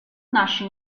nasce